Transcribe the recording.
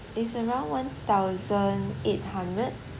is around one thousand eight hundred